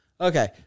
Okay